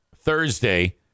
Thursday